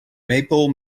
maple